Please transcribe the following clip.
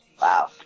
Wow